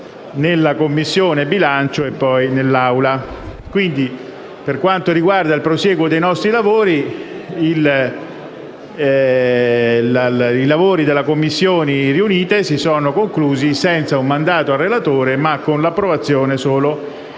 in Commissione bilancio e poi in Assemblea. Quindi, per quanto riguarda il prosieguo dei nostri lavori, i lavori delle Commissioni riunite si sono conclusi senza un mandato al relatore ma con l'accoglimento,